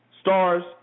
Stars